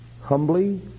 humbly